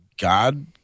God